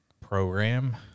program